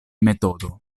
metodo